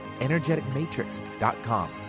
energeticmatrix.com